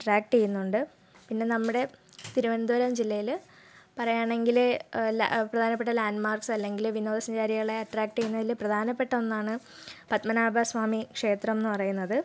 attract ചെയ്യുന്നുണ്ട് പിന്നെ നമ്മുടെ തിരുവനന്തപുരം ജില്ലയിൽ പറയുകയാണെങ്കിൽ പ്രധാനപ്പെട്ട ലാൻഡ്മാർക്സ് അല്ലെങ്കിൽ വിനോദസഞ്ചാരികളെ അട്രാക്ട് ചെയ്യുന്നതിൽ പ്രധാനപ്പെട്ട ഒന്നാണ് പത്മനാഭസ്വാമി ക്ഷേത്രം എന്ന് പറയുന്നത്